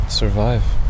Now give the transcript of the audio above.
survive